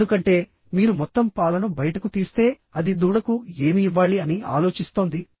ఎందుకంటే మీరు మొత్తం పాలను బయటకు తీస్తే అది దూడకు ఏమి ఇవ్వాళి అని ఆలోచిస్తోంది